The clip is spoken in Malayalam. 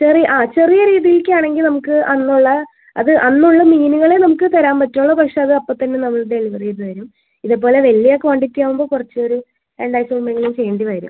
ചെറിയ ആ ചെറിയ രീതിക്കാണെങ്കിൽ നമുക്ക് അന്നുള്ള അത് അന്നുള്ള മീനുകളെ നമുക്ക് തരാൻ പറ്റുള്ളൂ പക്ഷെ അത് അപ്പ തന്നെ നമ്മൾ ഡെലിവറി ചെയ്ത് തരും ഇതുപോലെ വലിയ ക്വാണ്ടിറ്റിയാവുമ്പോൾ കുറച്ച് ഒരു രണ്ടാഴ്ച മുമ്പെങ്കിലും ചെയ്യേണ്ടി വരും